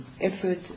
effort